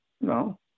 No